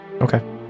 okay